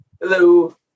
Hello